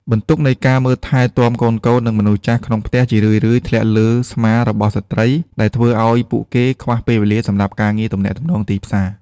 បន្ទុកនៃការមើលថែទាំកូនៗ និងមនុស្សចាស់ក្នុងផ្ទះ ជារឿយៗធ្លាក់លើស្មារបស់ស្ត្រី ដែលធ្វើឱ្យពួកគេខ្វះពេលវេលាសម្រាប់ការងារទំនាក់ទំនងទីផ្សារ។